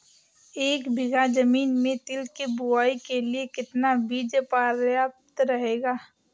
एक बीघा ज़मीन में तिल की बुआई के लिए कितना बीज प्रयाप्त रहेगा?